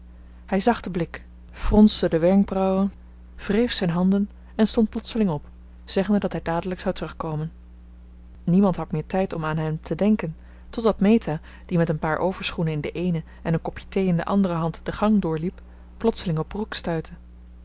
hij zag den blik fronste de wenkbrauwen wreef zijn handen en stond plotseling op zeggende dat hij dadelijk zou terugkomen niemand had meer tijd om aan hem te denken totdat meta die met een paar overschoenen in de eene en een kopje thee in de andere hand de gang doorliep plotseling op brooke stuitte